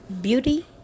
Beauty